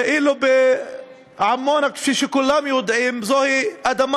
ואילו בעמונה, כפי שכולם יודעים, זוהי אדמה